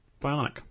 Bionic